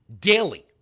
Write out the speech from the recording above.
daily